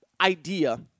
idea